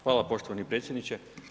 Hvala poštovani predsjedniče.